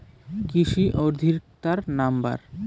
কৃষি অধিকর্তার নাম্বার?